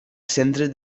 centres